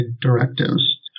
directives